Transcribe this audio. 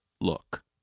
look